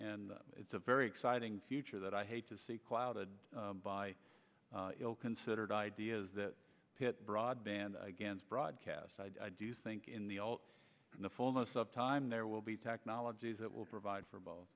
and it's a very exciting future that i hate to see clouded by ill considered ideas that pit broadband against broadcast i do think in the in the fullness of time there will be technologies that will provide for both